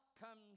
comes